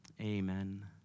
amen